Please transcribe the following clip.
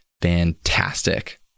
fantastic